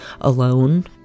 alone